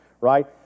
right